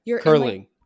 Curling